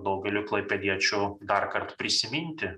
daugeliui klaipėdiečių darkart prisiminti